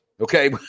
okay